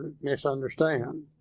misunderstand